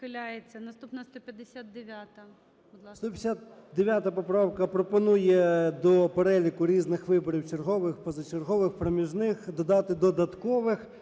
159 поправка пропонує до переліку різних виборів – чергових, позачергових, проміжних – додати додаткових.